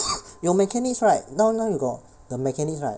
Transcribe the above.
your mechanics right now now you got the mechanics right